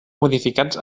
modificats